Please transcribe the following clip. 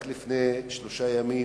רק לפני שלושה ימים